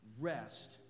rest